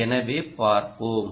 எனவே பார்ப்போம்